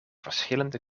verschillende